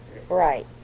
Right